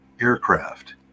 aircraft